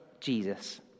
Jesus